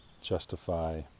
justify